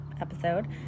episode